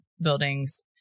buildings